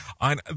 on